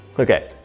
okay.